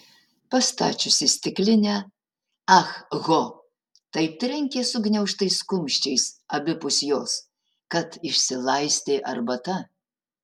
pastačiusi stiklinę ah ho taip trenkė sugniaužtais kumščiais abipus jos kad išsilaistė arbata